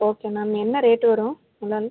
okay ma'am என்ன rate வரும் முளால்